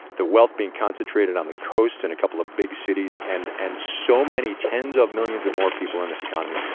the wealth being concentrated on the coasts and a couple of big cities and and so many tens of millions of more people in this economy.